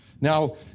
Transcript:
Now